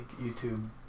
YouTube